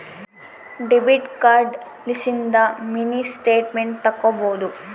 debit card ಲಿಸಿಂದ mini statement ತಕ್ಕೊಬೊದು